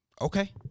Okay